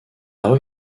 rue